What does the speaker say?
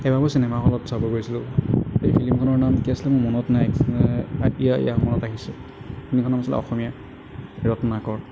সেইদিনাখনো cinema হলত চাব গৈছিলোঁ সেই ফিল্মখনৰ নাম কি আছিলে মনত নাই এতিয়া মনত আহিছে ফিল্মখনৰ নাম আছিলে অসমীয়া ৰত্নাকৰ